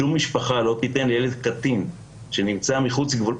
שום משפחה לא תיתן לילד קטין שנמצא מחוץ לגבולות,